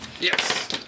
Yes